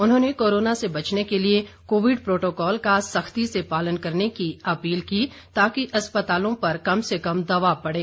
उन्होंने कोरोना से बचने के लिए कोविड प्रोटोकॉल का सख्ती से पालन करने की अपील की ताकि अस्पतालों पर कम से कम दबाव पड़े